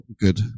Good